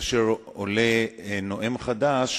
כאשר עולה נואם חדש,